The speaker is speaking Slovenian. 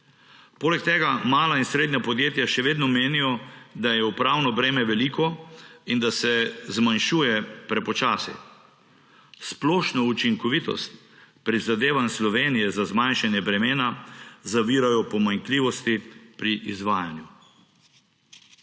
Poleg tega mala in srednja podjetja še vedno menijo, da je upravno breme veliko in da se zmanjšuje prepočasi. Splošno učinkovitost prizadevanj Slovenije za zmanjšanje bremena zavirajo pomanjkljivosti pri izvajanju.